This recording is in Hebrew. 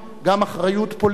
גם אחריות פוליטית.